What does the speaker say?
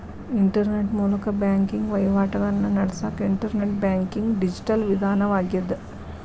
internet ಮೂಲಕ banking ವಹಿವಾಟಿಗಳನ್ನ ನಡಸಕ ಇಂಟರ್ನೆಟ್ ಬ್ಯಾಂಕಿಂಗ್ ಡಿಜಿಟಲ್ ವಿಧಾನವಾಗ್ಯದ